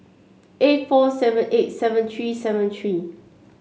eight four seven eight seven three seven three